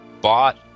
bought